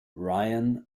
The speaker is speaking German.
ryan